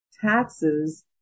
taxes